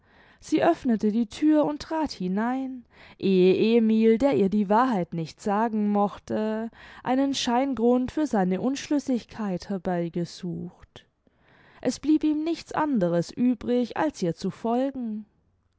sie öffnete die thür und trat hinein ehe emil der ihr die wahrheit nicht sagen mochte einen scheingrund für seine unschlüssigkeit herbeigesucht es blieb ihm nichts anderes übrig als ihr zu folgen